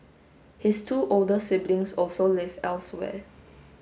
his two older siblings also live elsewhere